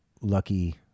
lucky